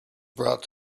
brought